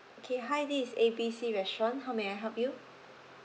okay hi this is A B C restaurant how may I help you